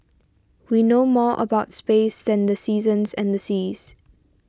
we know more about space than the seasons and the seas